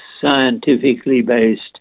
scientifically-based